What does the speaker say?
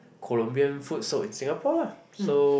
Colombian food sold in Singapore lah so